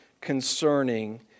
concerning